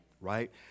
right